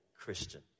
Christian